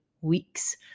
weeks